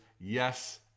yes